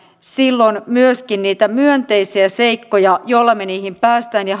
silloin myöskin niitä myönteisiä seikkoja joilla me niihin pääsemme ja